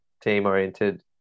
team-oriented